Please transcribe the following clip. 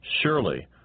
Surely